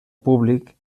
públic